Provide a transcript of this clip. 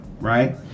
Right